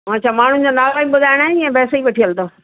अच्छा माण्हुनि जा नाला बि ॿुधाइणा आहिनि या वैसे ई वठी हलंदो